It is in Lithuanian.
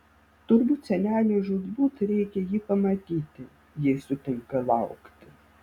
turbūt seneliui žūtbūt reikia jį pamatyti jei sutinka laukti